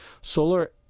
solar